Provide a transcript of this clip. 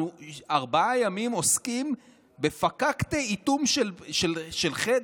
אנחנו ארבעה ימים עוסקים בפקקטה איטום של חדר.